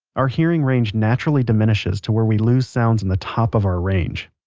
our hearing range naturally diminishes to where we lose sounds in the top of our range.